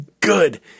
Good